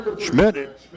Schmidt